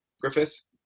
Griffiths